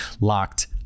locked